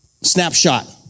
snapshot